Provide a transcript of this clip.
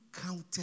counted